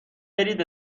برید